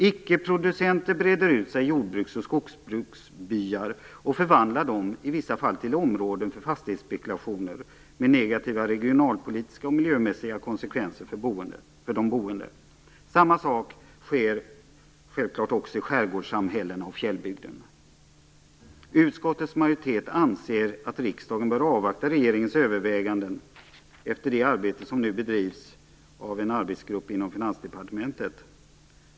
Icke-producenter breder ut sig i jordbruks och skogsbruksbyar och förvandlar dem i vissa fall till områden för fastighetsspekulationer, med negativa regionalpolitiska och miljömässiga konsekvenser för de boende. Samma sak sker också i skärgårdssamhällena och i fjällbygden. Utskottets majoritet anser att riksdagen bör avvakta regeringens överväganden efter det arbete som nu bedrivs av en arbetsgrupp inom Finansdepartementet.